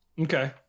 Okay